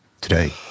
today